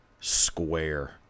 square